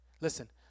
listen